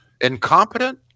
Incompetent